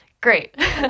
Great